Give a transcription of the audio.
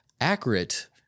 accurate